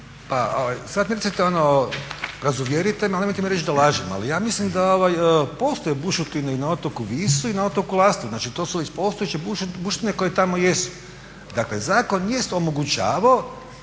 Sad recite ono, razuvjerite me ali nemojte mi reći da lažem, ali ja mislim da postoje bušotine i na otoku Visu i na otoku Lastovu, znači to su već postojeće bušotine koje tamo jesu. Dakle zakon jest omogućavao